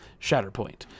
Shatterpoint